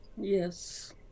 Yes